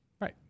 Right